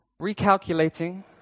recalculating